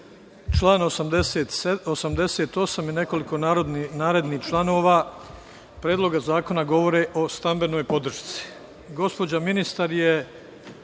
Član 88. i nekoliko narednih članova Predloga zakona govore o stambenoj podršci. Gospođa